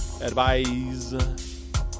advice